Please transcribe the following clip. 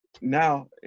Now